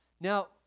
Now